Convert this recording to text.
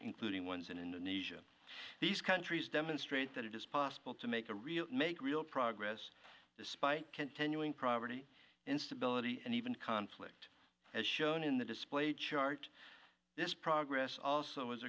including ones in indonesia these countries demonstrate that it is possible to make a real make real progress despite continuing property instability and even conflict as shown in the display chart this progress also